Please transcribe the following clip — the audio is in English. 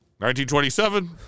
1927